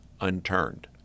unturned